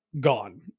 Gone